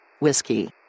Whiskey